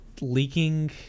leaking